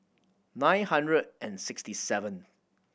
nine hundred and sixty seven